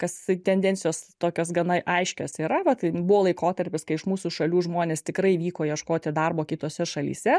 kas tendencijos tokios gana aiškios yra vat buvo laikotarpis kai iš mūsų šalių žmonės tikrai vyko ieškoti darbo kitose šalyse